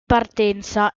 partenza